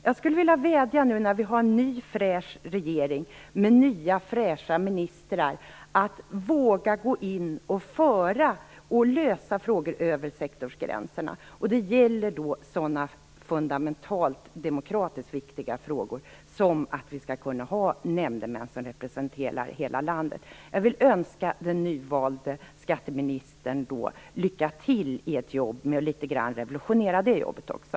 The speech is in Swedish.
Jag skulle vilja vädja till regeringen, nu när vi har en ny fräsch regering med nya fräscha ministrar, att man skall våga föra frågor och lösa frågor över sektorsgränserna. Det gäller sådana fundamentala, demokratiskt viktiga frågor som att vi skall ha nämndemän som representerar hela landet. Jag vill önska den nyvalde skatteministern lycka till med att litet grand revolutionera det jobbet också.